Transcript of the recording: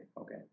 Okay